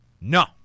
no